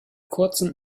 kurzem